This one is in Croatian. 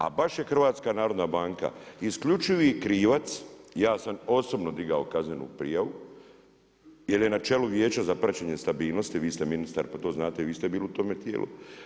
A baš je HNB, isključivi krivac, ja sam osobno digao kazenu prijavu, jer je na čelu vijeća za praćenje stabilnosti, vi ste ministar, pa to znate i vi ste bili u tome tijelu.